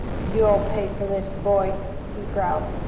you'll pay for this, boy! he growled.